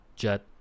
jet